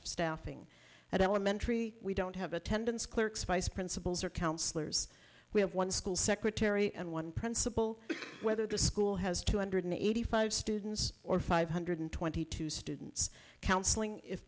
staffing at elementary we don't have attendance clerks vice principals or counsellors we have one school secretary and one principal whether the school has two hundred eighty five students or five hundred twenty two students counseling if